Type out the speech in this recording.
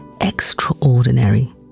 extraordinary